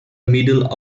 middle